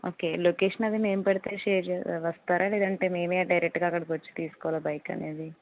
okay location అది మేం పెడితే షేర్ చే వస్తారా లేదంటే మేమే డైరెక్ట్గా అక్కడికొచ్చి తీసుకోవాలా బైక్ అనేది